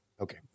Okay